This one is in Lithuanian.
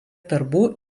darbų